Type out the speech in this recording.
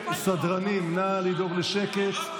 סדרנים, נא לדאוג לשקט.